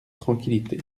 tranquillité